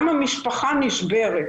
גם המשפחה נשברת,